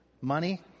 Money